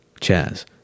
Chaz